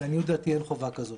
לעניות דעתי אין חובה כזאת.